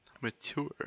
mature